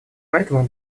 поэтому